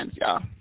y'all